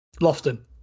Lofton